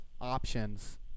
options